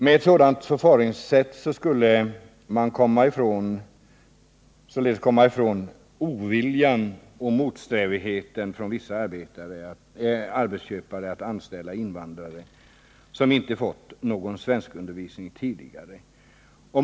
Med ett sådant förfaringssätt skulle man komma ifrån oviljan och motsträvigheten från vissa arbetsköpare att anställa invandrare som inte fått någon svenskundervisning tidigare.